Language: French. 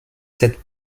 cette